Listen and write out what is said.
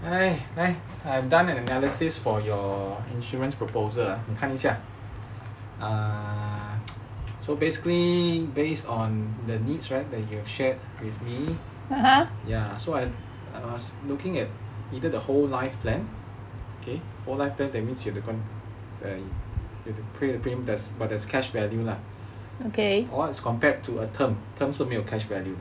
I've done an analysis for your insurance proposal 你看一下 err so basically based on the needs right that you have shared with me ya so I was looking at either the whole life plan err whole lifetime that means you have to go you have to pay the premium but as cash value lah as compared to a term term 是没有 cash value